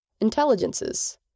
Intelligences